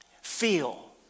feel